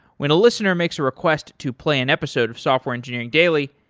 when a listener makes a request to play an episode of software engineering daily,